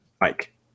Mike